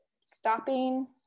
stopping